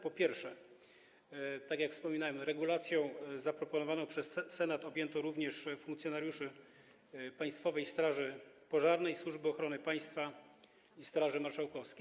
Po pierwsze, tak jak wspominałem, regulacją zaproponowaną przez Senat objęto również funkcjonariuszy Państwowej Straży Pożarnej, Służby Ochrony Państwa i Straży Marszałkowskiej.